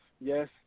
yes